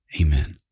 Amen